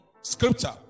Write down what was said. scripture